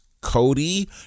Cody